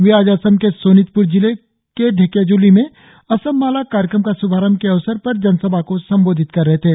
वे आज असम के सोनितप्र जिले में ढेकियाज़्ली में असम माला कार्यक्रम का श्भारंभ के अवसर पर जनसभा को संबोधित कर रहे थे